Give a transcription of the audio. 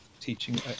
teaching